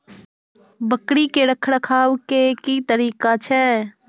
बकरी के रखरखाव के कि तरीका छै?